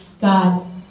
God